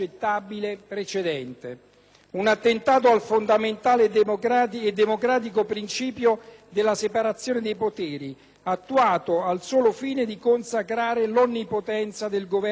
Un attentato al fondamentale e democratico principio della separazione dei poteri attuato al solo fine di consacrare l'onnipotenza del Governo e dei suoi membri.